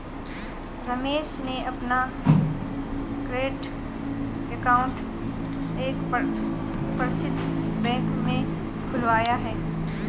रमेश ने अपना current account एक प्रसिद्ध बैंक में खुलवाया है